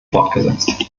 fortgesetzt